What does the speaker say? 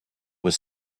was